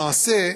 למעשה,